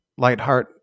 Lightheart